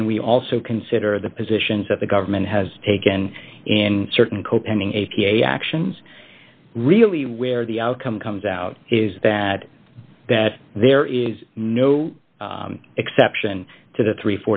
when we also consider the positions that the government has taken in certain co pending a p a actions really where the outcome comes out is that that there is no exception to the three